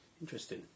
interesting